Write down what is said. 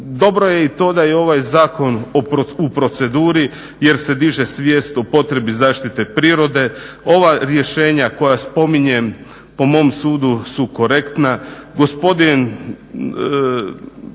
Dobro je i to da je ovaj zakon u proceduri jer se diže svijest o potrebi zaštite prirode. Ova rješenja koja spominjem po mom sudu su korektna.